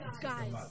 Guys